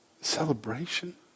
Celebration